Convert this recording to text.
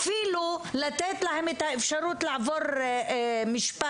לתת להם אפילו את האפשרות לעבור משפט